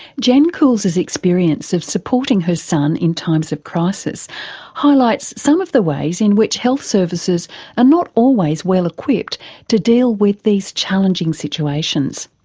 jen coulls' experience of supporting her son in times of crisis highlights some of the ways in which health services are not always well equipped to deal with these challenging situations.